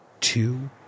two